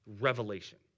revelation